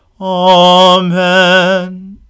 Amen